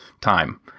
time